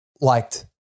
liked